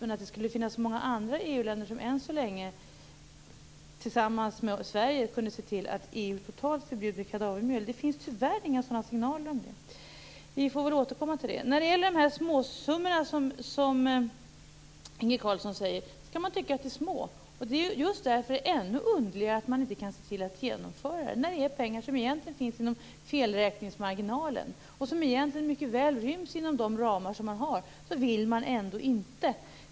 Men att det skulle finnas så många andra EU-länder som än så länge tillsammans med Sverige kan se till att EU totalt förbjuder kadavermjöl tror jag inte. Det finns tyvärr inga sådana signaler. Vi får väl återkomma till det. Så till småsummorna, som Inge Carlsson säger. Man kan tycka att de är små. Men just därför är det ännu underligare att man inte kan se till att genomföra förslagen. Det är pengar som egentligen finns inom felräkningsmarginalen och som egentligen mycket väl ryms inom de ramar man har. Men ändå vill man inte.